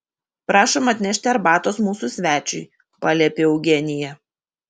prašom atnešti arbatos mūsų svečiui paliepė eugenija